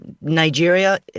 Nigeria